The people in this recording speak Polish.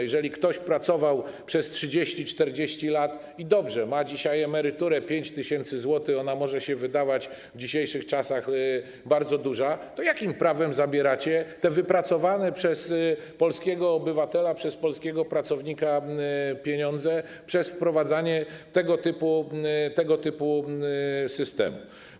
Jeżeli ktoś pracował przez 30, 40 lat, i dobrze, ma dzisiaj emeryturę 5 tys. zł - ona może się wydawać w dzisiejszych czasach bardzo duża - to jakim prawem zabieracie te wypracowane przez polskiego obywatela, przez polskiego pracownika pieniądze przez wprowadzanie tego typu systemu?